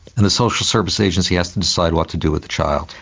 and the social service agency has to decide what to do with the child.